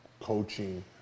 coaching